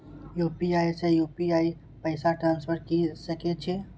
UPI से UPI पैसा transfer की सके छी?